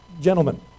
Gentlemen